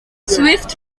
swift